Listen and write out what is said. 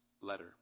letter